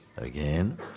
Again